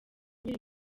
nkiri